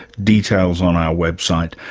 details on our website.